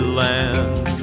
land